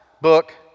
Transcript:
book